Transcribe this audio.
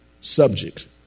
subject